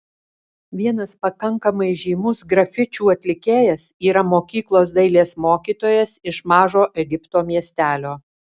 vienas pakankamai žymus grafičių atlikėjas yra mokyklos dailės mokytojas iš mažo egipto miestelio